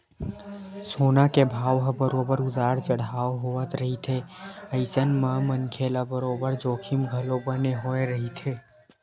सोना के भाव ह बरोबर उतार चड़हाव होवत रहिथे अइसन म मनखे ल बरोबर जोखिम घलो बने होय रहिथे